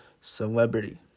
Celebrity